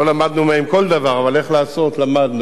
לא למדנו מהם כל דבר, אבל איך לעשות למדנו.